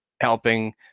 helping